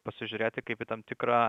pasižiūrėti kaip į tam tikra